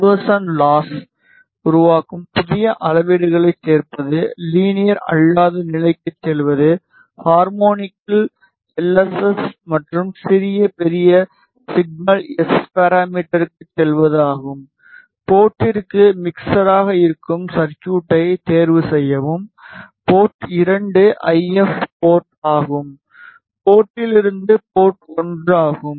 conversion loss உருவாக்குதல் புதிய அளவீடுகளைச் சேர்ப்பது லீனியர் அல்லாத நிலைக்குச் செல்வது ஹார்மோனிக் இல் எல்எஸ்எஸ் மற்றும் சிறிய பெரிய சிக்னல் எஸ் பாராமீட்டர்க்குச் செல்வது ஆகும் போர்ட்டிற்கு மிக்சராக இருக்கும் சர்குய்ட்டை தேர்வு செய்யும் போர்ட் 2 ஐஎஃப் போர்ட் ஆகும் போர்ட்டிலுருந்து போர்ட்1 ஆகும்